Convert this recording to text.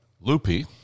Loopy